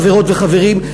חברות וחברים,